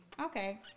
Okay